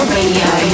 Radio